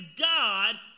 God